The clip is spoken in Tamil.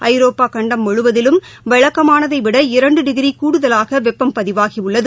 ஐரோப்பா கண்டம் முழுவதிலும் வழக்கமானதை விட இரண்டு டிகிரி கூடுதலாக வெப்பம் பதிவாகியுள்ளது